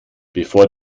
bevor